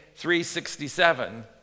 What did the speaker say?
367